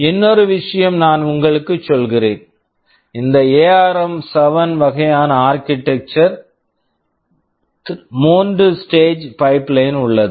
இன்னொரு விஷயம் நான் உங்களுக்குச் சொல்கிறேன் இந்த எஆர்ம்7 ARM7 வகையான ஆர்க்கிடெக்சர் architecture ல் 3 ஸ்டேஜ் stage பைப்லைன் pipeline உள்ளது